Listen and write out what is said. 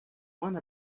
one